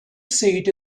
seat